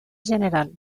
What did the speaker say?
general